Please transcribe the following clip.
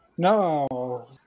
No